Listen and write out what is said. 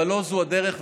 אבל לא זו הדרך.